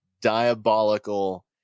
diabolical